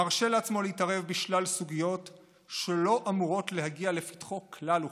מרשה לעצמו להתערב בשלל סוגיות שלא אמורות להגיע לפתחו כלל וכלל,